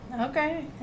okay